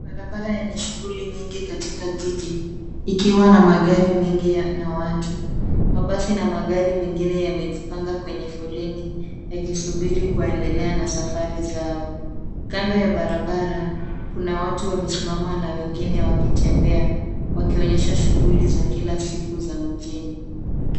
Barabara yenye shughuli nyingi katika jiji, ikiwa na magari mengi na watu. Mabasi na magari mengine yamejipanga kwenye foleni, yakisubiri kuendelea na safari zao. Kando ya barabara, kuna watu wamesimama na wengine wakitembea. Wakionyesha shughuli za kila siku za mjini.